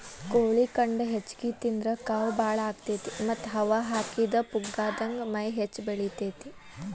ಕೋಳಿ ಖಂಡ ಹೆಚ್ಚಿಗಿ ತಿಂದ್ರ ಕಾವ್ ಬಾಳ ಆಗತೇತಿ ಮತ್ತ್ ಹವಾ ಹಾಕಿದ ಪುಗ್ಗಾದಂಗ ಮೈ ಹೆಚ್ಚ ಬೆಳಿತೇತಿ